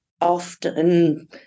often